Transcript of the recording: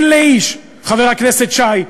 אין לאיש, חבר הכנסת שי,